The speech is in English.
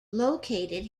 located